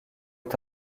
est